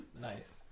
Nice